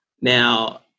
Now